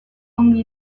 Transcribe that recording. ongi